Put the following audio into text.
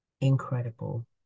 Incredible